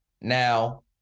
Now